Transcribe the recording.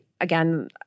again